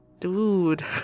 Dude